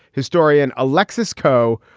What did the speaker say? historian alexis coh,